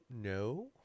No